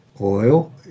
Oil